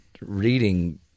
reading